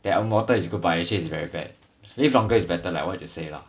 that immortal is good but actually is very bad live longer is better like what you say lah